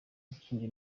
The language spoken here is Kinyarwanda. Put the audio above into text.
ikindi